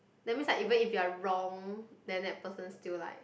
that means like even if you're wrong then the person still like